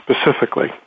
specifically